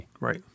Right